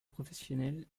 professionnelles